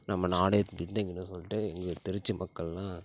நம்ம நாடே பின்தங்கிடும் சொல்லிட்டு எங்கள் திருச்சி மக்கள்லாம்